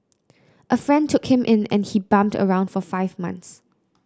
a friend took him in and he bummed around for five months